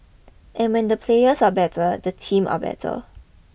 and when the players are better the teams are better